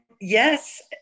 yes